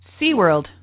SeaWorld